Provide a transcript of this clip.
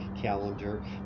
calendar